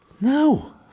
No